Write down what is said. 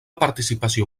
participació